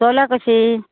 सोलां कशीं